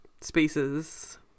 spaces